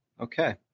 Okay